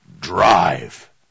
drive